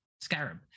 scarab